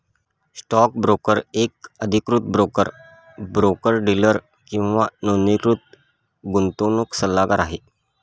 stock broker एक अधिकृत broker, broker dealer किंवा नोंदणीकृत गुंतवणूक सल्लागार आहे